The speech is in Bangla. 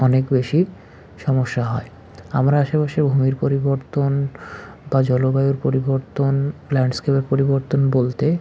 অনেক বেশি সমস্যা হয় আমার আশেপাশের ভূমির পরিবর্তন বা জলবায়ুর পরিবর্তন ল্যান্ডস্কেপের পরিবর্তন বলতে